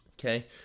Okay